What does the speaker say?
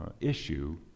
issue